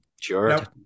Sure